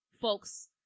Folks